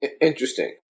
Interesting